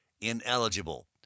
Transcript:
ineligible